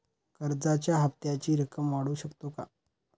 कर्जाच्या हप्त्याची रक्कम वाढवू शकतो का?